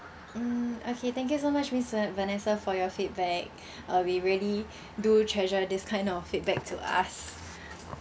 mm okay thank you so much miss uh vanessa for your feedback uh we really do treasure this kind of feedback to us